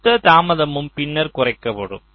மொத்த தாமதமும் பின்னர் குறைக்கப்படும்